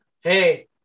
Hey